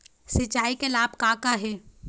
सिचाई के लाभ का का हे?